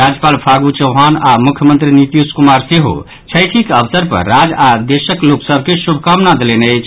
राज्यपाल फागू चौहान आओर मुख्यमंत्री नीतीश कुमार सेहो छठिक अवसर पर राज्य आओर देशक लोकसभ के शुभकामना देलनि अछि